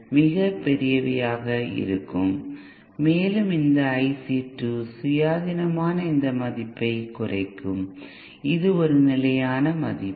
மிகப் பெரியவையாக இருக்கும் மேலும் இந்த IC2 சுயாதீனமான இந்த மதிப்பைக் குறைக்கும் இது ஒரு நிலையான மதிப்பு